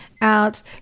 out